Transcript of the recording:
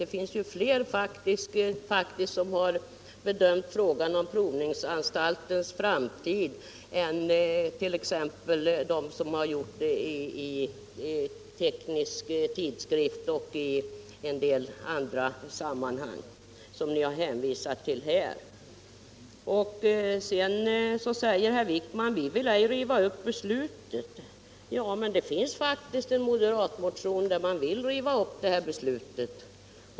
Det finns faktiskt fler som har bedömt frågan om provningsanstaltens framtid än t.ex. de som har gjort det i Teknisk Tidskrift och i en del andra sammanhang som ni har hänvisat till här. Sedan säger herr Wijkman: Vi vill inte riva upp beslutet. Men det finns faktiskt en moderatmotion där man vill riva upp beslutet.